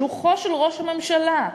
שלוחו של ראש הממשלה,